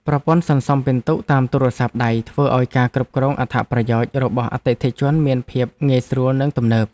ប្រព័ន្ធសន្សំពិន្ទុតាមទូរស័ព្ទដៃធ្វើឱ្យការគ្រប់គ្រងអត្ថប្រយោជន៍របស់អតិថិជនមានភាពងាយស្រួលនិងទំនើប។